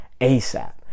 ASAP